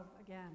again